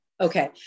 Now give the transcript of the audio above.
Okay